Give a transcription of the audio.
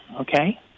Okay